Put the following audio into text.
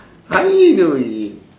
how you doing